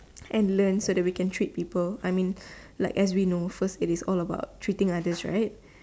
and learn so that we can treat people I mean as we know first aid is all about treating others right